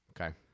Okay